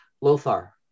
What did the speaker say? Lothar